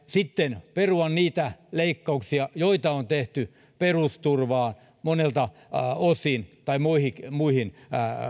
sitten perua niitä leikkauksia joita on tehty perusturvaan monelta osin tai muihin muihin